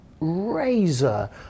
razor